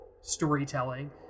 storytelling